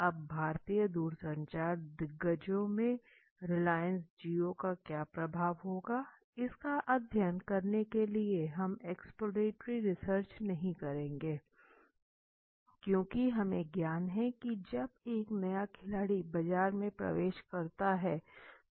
अब भारतीय दूरसंचार दिग्गजों में रिलायंस जीओ का क्या प्रभाव होगा इसका अध्ययन करने के लिए हम एक्सप्लोरेटरी रिसर्च नहीं करेंगे क्योंकि हमें ज्ञान है की जब एक नया खिलाड़ी बाजार में प्रवेश करता है तो क्या होता है